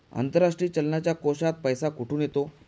आंतरराष्ट्रीय चलनाच्या कोशात पैसा कुठून येतो?